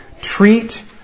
Treat